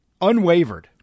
unwavered